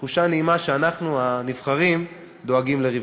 ותחושה נעימה שאנחנו הנבחרים דואגים לרווחתו.